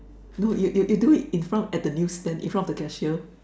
no you you do it in front at the news stand in front of the cashier